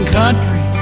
country